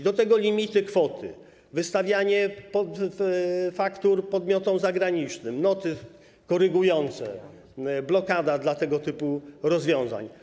Do tego limity kwoty, wystawianie faktur podmiotom zagranicznym, noty korygujące, blokada dla tego typu rozwiązań.